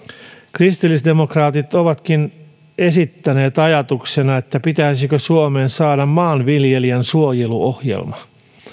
kristillisdemokraatit ovatkin esittäneet ajatuksena että pitäisikö suomeen saada maanviljelijän suojeluohjelma